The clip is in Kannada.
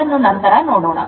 ಅದನ್ನು ನಂತರ ನೋಡೋಣ